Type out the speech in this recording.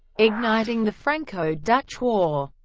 igniting the franco-dutch war.